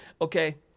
okay